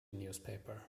newspaper